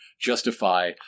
justify